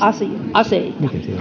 aseita